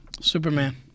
Superman